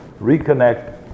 reconnect